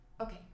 Okay